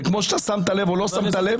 וכמו ששמת לב או לא שמת לב,